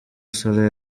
salah